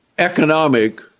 economic